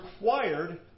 required